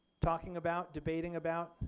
talking about, debating about,